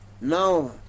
now